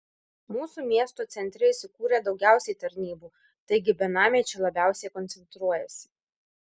mūsų miesto centre įsikūrę daugiausiai tarnybų taigi benamiai čia labiausiai koncentruojasi